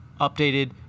updated